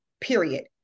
period